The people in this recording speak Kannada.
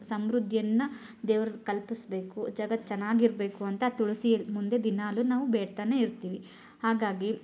ಸಮೃದ್ಧಿಯನ್ನು ದೇವ್ರು ಕಲ್ಪಿಸ್ಬೇಕು ಜಗತ್ತು ಚೆನ್ನಾಗಿರ್ಬೇಕು ಅಂತ ತುಳಸಿ ಮುಂದೆ ದಿನಾಲು ನಾವು ಬೇಡ್ತಲೇ ಇರ್ತೀವಿ ಹಾಗಾಗಿ